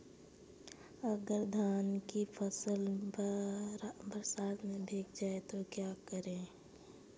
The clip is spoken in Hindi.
अगर धान की फसल बरसात में भीग जाए तो क्या करें?